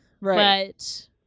Right